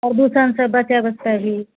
प्रदूषणसँ बचएके चाही